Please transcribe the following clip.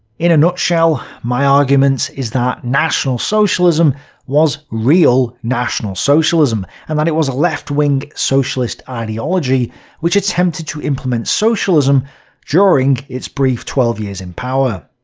in a nutshell, my argument is that national socialism was real national socialism, and that it was a left-wing socialist ideology which attempted to implement socialism during its brief twelve years in power.